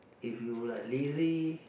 if you like lazy